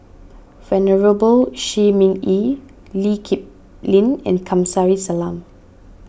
Venerable Shi Ming Yi Lee Kip Lin and Kamsari Salam